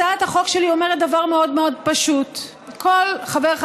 הצעת החוק שלי אומרת דבר מאוד מאוד פשוט: כל חבר או